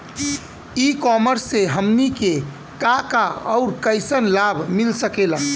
ई कॉमर्स से हमनी के का का अउर कइसन लाभ मिल सकेला?